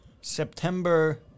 September